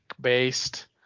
based